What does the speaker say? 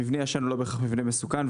מבנה ישן הוא לא בהכרח מבנה מסוכן,